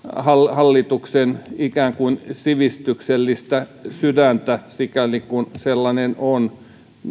hallituksen ikään kuin sivistyksellistä sydäntä sikäli kuin sellainen on